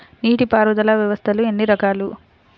నీటిపారుదల వ్యవస్థలు ఎన్ని రకాలు?